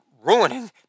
Ruining